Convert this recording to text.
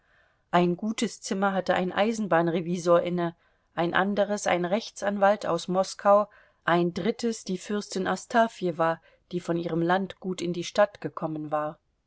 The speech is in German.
ein gutes zimmer hatte ein eisenbahnrevisor inne ein anderes ein rechtsanwalt aus moskau ein drittes die fürstin astafjewa die von ihrem landgut in die stadt gekommen war